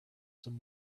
some